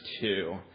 two